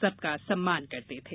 सबका सम्मान करते थे